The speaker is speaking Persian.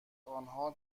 آنها